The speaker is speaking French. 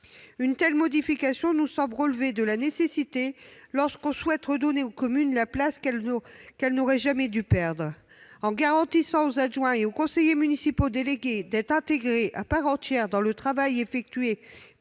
Une telle modification nous semble relever de la nécessité si l'on souhaite redonner aux communes la place qu'elles n'auraient jamais dû perdre. En garantissant aux adjoints et aux conseillers municipaux délégués d'être intégrés à part entière dans le travail effectué